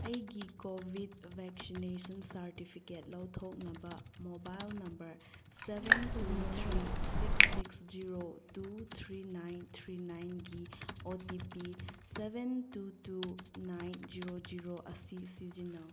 ꯑꯩꯒꯤ Covid vaccination certificate ꯂꯧꯊꯣꯛꯅꯕ mobile number seven two three six six zero two three nine three nine ꯒꯤ O T P seven two two nine zero zero ꯑꯁꯤ ꯁꯤꯖꯤꯟꯅꯧ